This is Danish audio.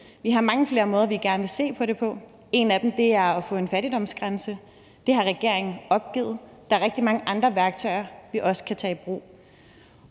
Vi har mange flere måder, vi gerne vil se på det på. En af dem er at få en fattigdomsgrænse. Det har regeringen opgivet. Der er rigtig mange andre værktøjer, vi også kan tage i brug.